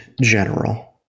general